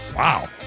Wow